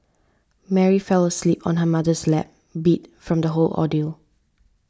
Mary fell asleep on her mother's lap beat from the whole ordeal